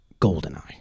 Goldeneye